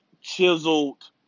chiseled